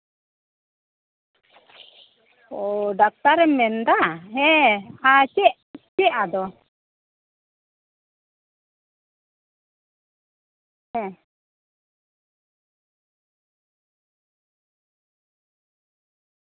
ᱚ ᱰᱟᱠᱛᱟᱨᱮᱢ ᱢᱮᱱᱫᱟ ᱦᱮᱸ ᱟᱨ ᱪᱮᱫ ᱪᱮᱫ ᱟᱫᱚ ᱦᱮᱸ